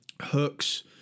hooks